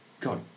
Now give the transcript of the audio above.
god